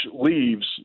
leaves